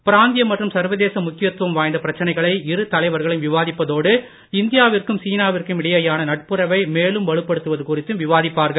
பிராந்திய மற்றும் சர்வதேச முக்கியத்துவம் வாய்ந்த பிரச்சனைகளை இரு தலைவர்களும் விவாதிப்பதோடு இந்தியாவிற்கும் சீனாவிற்கும் இடையே யான நட்புறவை மேலும் வலுப்படுத்துவது குறித்தும் விவாதிப்பார்கள்